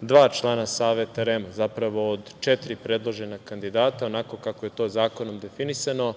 dva člana saveta REM-a, zapravo četiri predložena kandidata onako kako je to zakonom definisano.